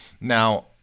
Now